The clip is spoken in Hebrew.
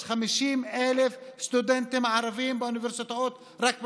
יש 50,000 סטודנטים ערבים באוניברסיטאות רק במדינה,